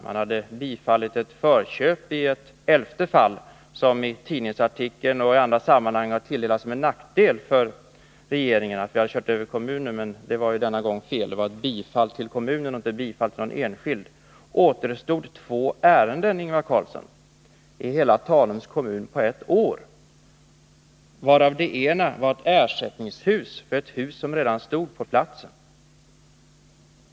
Man hade bifallit ett förköp i ett elfte fall, och i tidningsartikeln och i andra sammanhang uppgavs det vara till nackdel för regeringen att vi hade kört över kommunen. Men det var denna gång fel — det var bifall till kommunen och inte bifall till någon enskild. Det återstår två ärenden, Ingvar Carlsson, i hela Tanums kommun på ett år, varav det ena gällde ett ersättningshus för ett hus som redan stod på platsen.